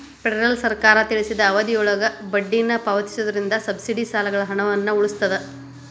federal ಸರ್ಕಾರ ತಿಳಿಸಿದ ಅವಧಿಯೊಳಗ ಬಡ್ಡಿನ ಪಾವತಿಸೋದ್ರಿಂದ ಸಬ್ಸಿಡಿ ಸಾಲಗಳ ಹಣವನ್ನ ಉಳಿಸ್ತದ